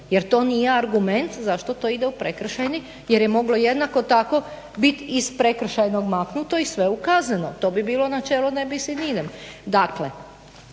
jer to nije argument zašto to ide u prekršajni jer je moglo jednako tako bit iz prekršajnog maknuto i sve u kazneno. To bio bilo načelo ne bis in idem.